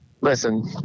Listen